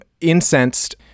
incensed